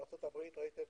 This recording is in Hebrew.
בארצות הברית ראיתם